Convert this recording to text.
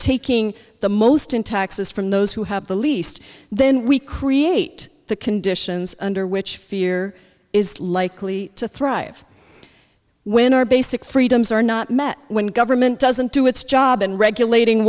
taking the most in taxes from those who have the least then we create the conditions under which fear is likely to thrive when our basic freedoms are not met when government doesn't do its job and regulating